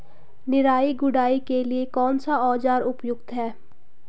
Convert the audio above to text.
निराई गुड़ाई के लिए कौन सा औज़ार उपयुक्त है?